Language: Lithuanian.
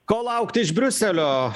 ko laukti iš briuselio